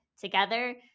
together